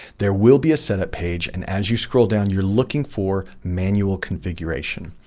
there will be a setup page. and as you scroll down, you're looking for manual configuration.